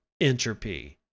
entropy